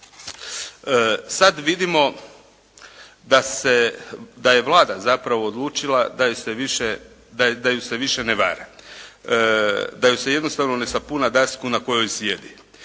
Sad vidimo da je Vlada zapravo odlučila da ju se više ne vara, da joj se jednostavno se sapuna dasku na kojoj sjedi.